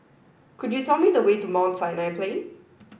could you tell me the way to Mount Sinai Plain